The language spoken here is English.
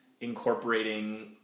incorporating